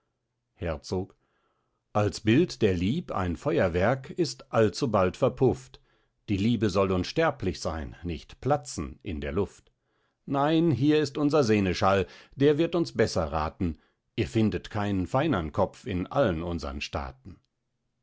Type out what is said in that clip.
herzog als bild der lieb ein feuerwerk ist allzubald verpufft die liebe soll unsterblich sein nicht platzen in der luft nein hier ist unser seneschall der wird uns beßer rathen ihr findet keinen feinern kopf in allen unsern staaten